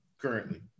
currently